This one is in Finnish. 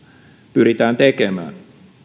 pyritään tekemään